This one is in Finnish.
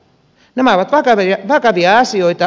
nämä ovat vakavia asioita